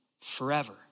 forever